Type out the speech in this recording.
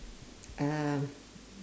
um